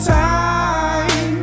time